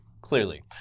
Clearly